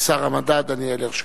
שר המדע דניאל הרשקוביץ.